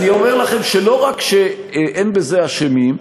אני אומר לכם שלא רק שאין בזה אשמים,